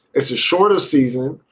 it's a shorter season,